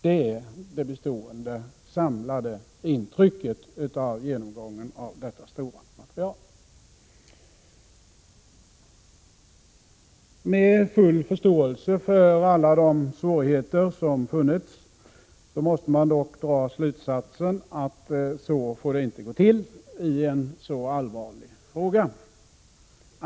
Det är det bestående samlade intrycket av genomgången av detta stora material. Med full förståelse för alla de svårigheter som funnits måste man dock dra slutsatsen att så får det inte gå till i en så allvarlig fråga.